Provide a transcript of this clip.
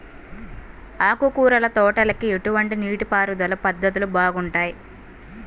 ఆకుకూరల తోటలకి ఎటువంటి నీటిపారుదల పద్ధతులు బాగుంటాయ్?